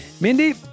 Mindy